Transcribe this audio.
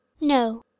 no